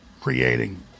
creating